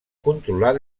controlar